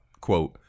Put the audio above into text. Quote